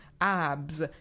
abs